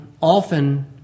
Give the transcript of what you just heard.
often